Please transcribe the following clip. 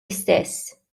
istess